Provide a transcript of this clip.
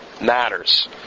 matters